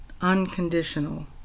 unconditional